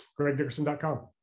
gregdickerson.com